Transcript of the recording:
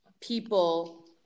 people